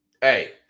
Hey